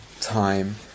time